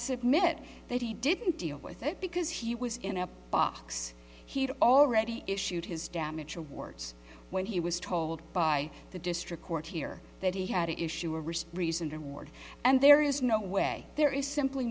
submit that he didn't deal with it because he was in a box he'd already issued his damage awards when he was told by the district court here that he had to issue a wrist reasoned and ward and there is no way there is simply